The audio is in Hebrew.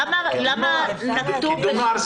למה נקטו --- קידום נוער.